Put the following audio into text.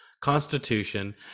constitution